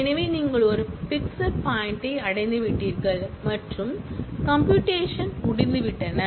எனவே நீங்கள் ஒரு பிக்சட் பாய்ண்ட்யை அடைந்துவிட்டீர்கள் மற்றும் கம்ப்யுயூடெஷன் முடிந்துவிட்டன